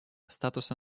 статуса